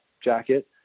jacket